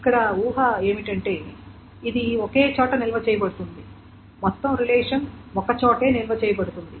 ఇక్కడ ఊహ ఏమిటంటే ఇది ఒకేచోట నిల్వ చేయబడుతుంది మొత్తం రిలేషన్ ఒక చోటే నిల్వ చేయబడుతుంది